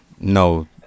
No